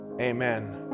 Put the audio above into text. amen